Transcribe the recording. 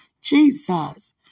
Jesus